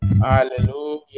Hallelujah